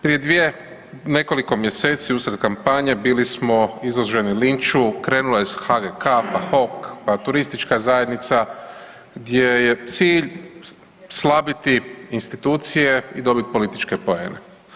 Prije dvije, nekoliko mjeseci usred kampanje bili smo izloženi linču, krenulo je sa HGK, pa HOK, pa turistička zajednica gdje je cilj slabiti institucije i dobiti političke poene.